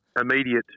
immediate